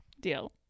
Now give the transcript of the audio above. Deal